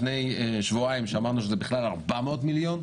לפני שבועיים שמענו שזה בכלל 400 מיליון,